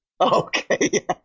Okay